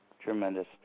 Tremendous